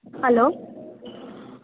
hello